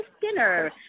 dinner